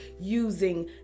using